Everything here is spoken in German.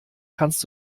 kannst